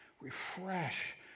refresh